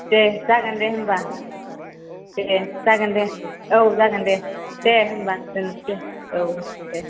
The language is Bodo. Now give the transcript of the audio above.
औ दे जागोन दे होम्बा दे जागोन दे औ जागोन दे दे होनबा दोनसै औ दे